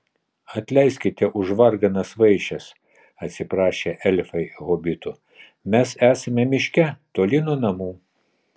atleiskite už varganas vaišes atsiprašė elfai hobitų mes esame miške toli nuo namų